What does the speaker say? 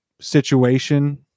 situation